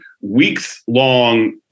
weeks-long